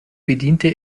bediente